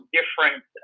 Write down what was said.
different